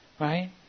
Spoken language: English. right